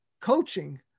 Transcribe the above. coaching